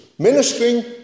ministering